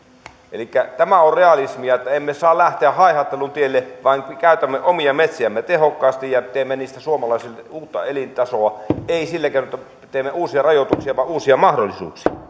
elikkä tämä on realismia että emme saa lähteä haihattelun tielle vaan että me käytämme omia metsiämme tehokkaasti ja teemme niistä suomalaisille uutta elintasoa ei sillä keinoin että teemme uusia rajoituksia vaan uusia mahdollisuuksia